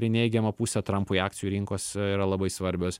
į neigiamą pusę trampui akcijų rinkos yra labai svarbios